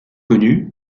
connu